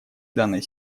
данной